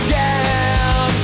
down